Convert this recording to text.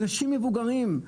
אנשים מבוגרים,